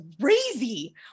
crazy